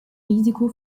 risiko